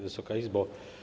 Wysoka Izbo!